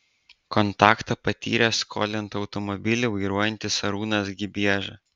kontaktą patyrė skolinta automobilį vairuojantis arūnas gibieža